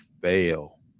Fail